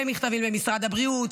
מכתבים למשרד הבריאות,